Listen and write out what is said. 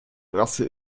rasse